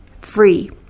free